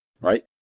Right